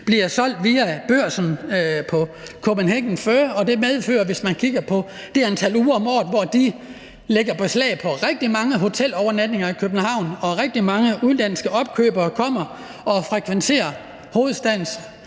bliver solgt via Kopenhagen Fur, og der kan man kigge på det antal uger om året, hvor der bestilles rigtig mange hotelovernatninger i København, og hvor rigtig mange udenlandske opkøbere kommer og frekventerer hovedstadens